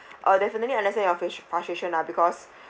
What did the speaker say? uh definitely understand your fush~ frustration lah because